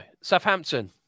Southampton